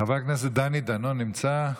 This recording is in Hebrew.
חבר הכנסת דני דנון נמצא?